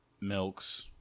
milks